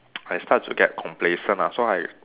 I start to get complacent lah so I